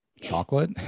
chocolate